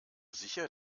sicher